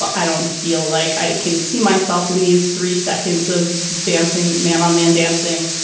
i don't feel like i can see myself in these three seconds of dancing. man on man dancing.